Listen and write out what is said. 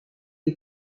des